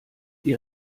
die